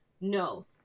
No